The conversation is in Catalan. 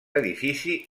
edifici